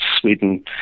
Sweden